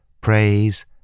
praise